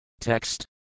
Text